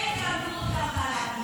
אלה, תלמדו אותם מה להגיד.